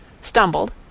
stumbled